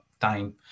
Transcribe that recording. time